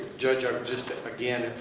judge, ah just again,